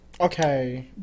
Okay